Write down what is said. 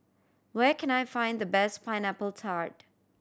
where can I find the best Pineapple Tart